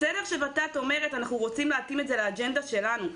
זה בסדר שות"ת אומרת: אנחנו רוצים להתאים את זה לאג'נדה שלנו,